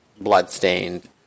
Bloodstained